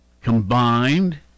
combined